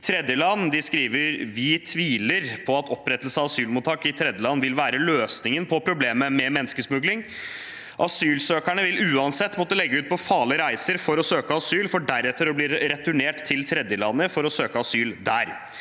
tredjeland: «Vi tviler (…) at opprettelse av asylmottak i tredjeland vil være løsningen på dette problemet. Asylsøkerne vil uansett måtte legge ut på farlige reiser for å søke asyl, for deretter å bli returnert til tredjelandet for å søke asyl der.